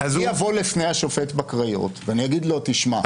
אני אבוא לפני השופט בקריות ואגיד לו: תשמע,